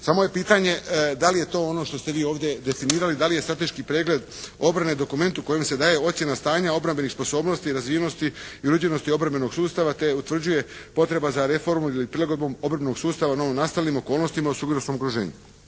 samo je pitanje da li je to ono što ste vi ovdje definirali, da li je strateški pregled obrane dokument u kojem se daje ocjena stanja obrambenih sposobnosti, razvijenosti i … obrambenog sustava te utvrđuje potreba za reformom ili prilagodbom obrambenog sustava u novonastalim okolnostima … /Ne razumije